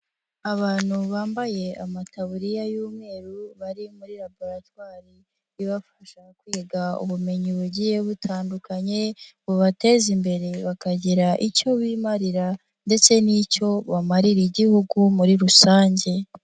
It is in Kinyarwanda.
Abantu bambaye amataburiya y'umweru bari muri laboratwari ibafasha kwiga ubumenyi bugiye butandukanye, bubateza imbere bakagira icyo bimarira, ndetse n'icyo bamarira igihugu muri rusange.